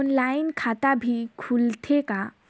Online खाता भी खुलथे का?